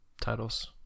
titles